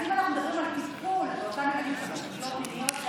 אז אם אנחנו מדברים על טיפול באותם ילדים שעברו פגיעות מיניות,